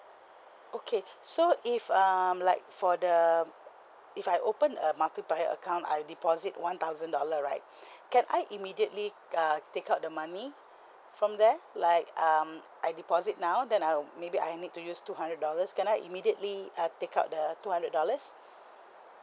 okay so if um like for the if I open a multiplier account I deposit one thousand dollar right can I immediately uh take out the money from there like um I deposit now then I'll maybe I need to use two hundred dollars can I immediately uh take out the two hundred dollars